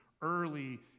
early